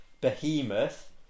Behemoth